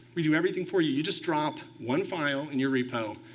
we do everything for you. you just drop one file in your repo,